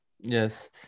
yes